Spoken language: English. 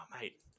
mate